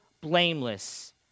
blameless